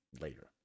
later